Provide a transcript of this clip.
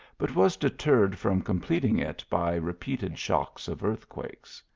but was deterred from completing it by repeated shocks of earthquakes.